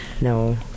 No